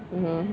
mmhmm